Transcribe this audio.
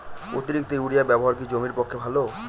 অতিরিক্ত ইউরিয়া ব্যবহার কি জমির পক্ষে ভালো?